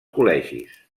col·legis